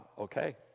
okay